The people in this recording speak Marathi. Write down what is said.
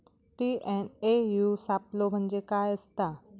टी.एन.ए.यू सापलो म्हणजे काय असतां?